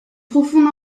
profonde